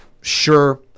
Sure